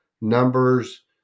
numbers